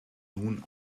nun